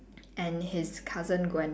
and his cousin gwen